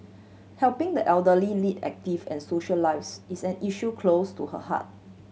helping the elderly lead active and social lives is an issue close to her heart